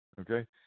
Okay